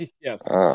Yes